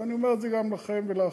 אבל אני אומר את זה גם לכם ולאחרים: